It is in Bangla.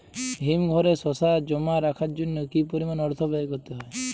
হিমঘরে শসা জমা রাখার জন্য কি পরিমাণ অর্থ ব্যয় করতে হয়?